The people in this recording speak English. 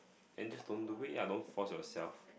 then just don't do it lah don't force yourself